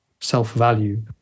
self-value